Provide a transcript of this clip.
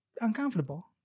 uncomfortable